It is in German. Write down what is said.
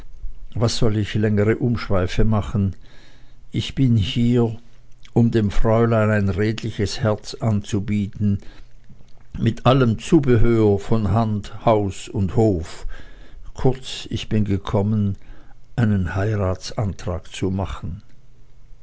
was soll ich längere umschweife machen ich bin hier um dem fräulein ein redliches herz anzubieten mit allem zubehör von hand haus und hof kurz ich bin gekommen einen heiratsantrag zu machen